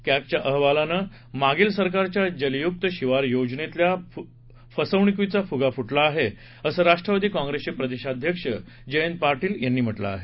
कॅगच्या अहवालाने मागील सरकारच्या जलयुक्त शिवार योजनेतल्या फसवणुकीचा फुगा फुटला आहे असं राष्ट्रवादी कॉंग्रेसचे प्रदेशाध्यक्ष जयंत पाटील यांनी म्हटलं आहे